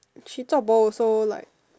she zuo bo also like